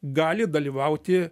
gali dalyvauti